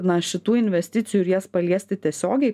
na šitų investicijų ir jas paliesti tiesiogiai